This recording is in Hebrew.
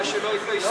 אבל למה שלא יתגייסו?